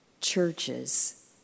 churches